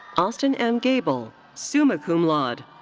austin m. gabel, summa cum laude.